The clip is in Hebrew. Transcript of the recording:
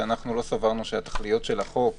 שאנחנו לא סברנו שהתכליות של החוק